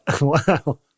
Wow